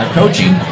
coaching